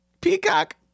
Peacock